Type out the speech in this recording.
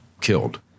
killed